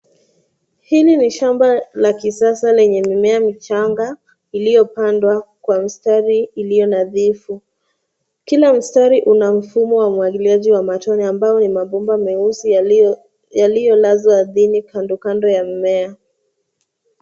Hili ni shamba la kisasa lenye mimea michanga iliyopandwa kwa mstari iliyo nadhifu. Kila mstari una mfumo wa umwagiliaji wa matone ambao ni mabomba meusi yaliolazwa ardhini kando kando ya mmea.